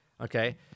Okay